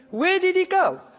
where did he go?